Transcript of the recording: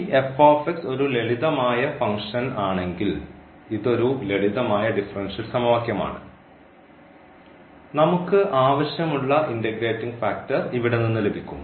ഈ ഒരു ലളിതമായ ഫംഗ്ഷനാണെങ്കിൽ ഇത് ഒരു ലളിതമായ ഡിഫറൻഷ്യൽ സമവാക്യമാണ് നമുക്ക് ആവശ്യമുള്ള ഇൻറഗ്രേറ്റിംഗ് ഫാക്ടർ ഇവിടെ നിന്ന് ലഭിക്കും